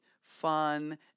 fun